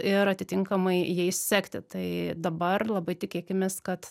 ir atitinkamai jais sekti tai dabar labai tikėkimės kad